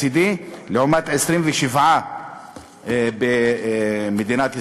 לעומת 27 במדינת ישראל.